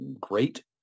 great